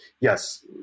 yes